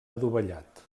adovellat